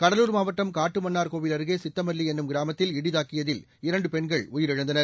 கடலூர் மாவட்டம் காட்டுமன்னார் கோவில் அருகே சித்தமல்லி என்னும் கிராமத்தில் இடி தாக்கியதில் இரண்டு பெண்கள் உயிரிழந்தனர்